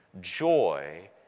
Joy